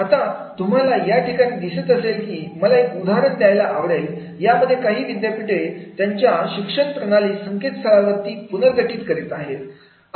आता तुम्हाला या ठिकाणी दिसत असेल की मला एक उदाहरण द्यायला आवडेल यामध्ये काही विद्यापीठे त्यांची शिक्षणप्रणाली संकेतस्थळावरती पुनर्गठित करीत आहे